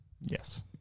Yes